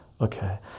okay